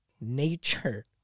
Nature